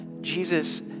Jesus